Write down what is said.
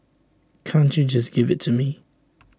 can't you just give IT to me